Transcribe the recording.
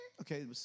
Okay